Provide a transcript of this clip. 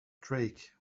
drake